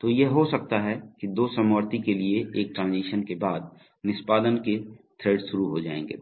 तो यह हो सकता है कि दो समवर्ती के लिए एक ट्रांजीशन के बाद निष्पादन के थ्रेड शुरू हो जाएंगे